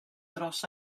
dros